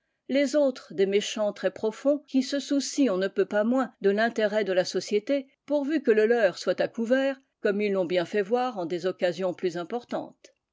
les autres des méchants très profonds qui se soucient on ne peut pas moins de l'intérêt de la société pourvu que le leur soit à couvert comme ils l'ont bien fait voir en des occasions plus importantes